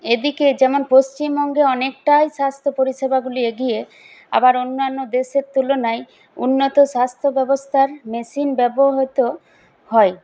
এদিকে যেমন পশ্চিমবঙ্গে অনেকটাই স্বাস্থ্য পরিষেবাগুলি এগিয়ে আবার অন্যান্য দেশের তুলনায় উন্নত স্বাস্থ্য ব্যবস্থার মেশিন ব্যবহৃত হয়